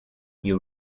you